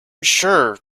sure